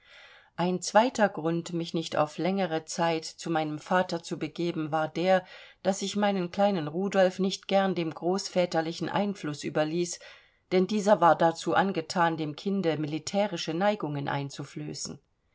ein zweiter grund mich nicht auf längere zeit zu meinem vater zu begeben war der daß ich meinen kleinen rudolf nicht gern dem großväterlichen einfluß überließ denn dieser war dazu angethan dem kinde militärische neigungen einzuflößen